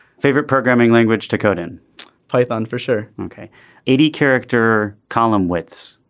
favorite programming language to code in python for sure. ok eighty character column widths.